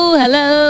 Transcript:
hello